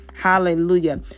Hallelujah